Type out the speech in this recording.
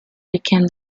became